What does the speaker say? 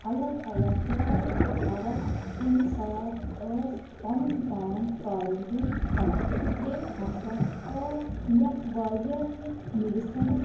الگ الگ جایہِ تھاوان کُنہِ ساتہٕ ٲسۍ پنُن پان کوارنٹیٖن تھاوان بیٚیہِ ہَسا ٲس مےٚ وارِیاہ تہِ میٚڈِسنٕز